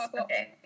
Okay